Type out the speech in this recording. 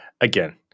again